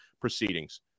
proceedings